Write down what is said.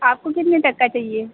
आपको कितने तक का चाहिए